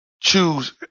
Choose